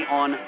on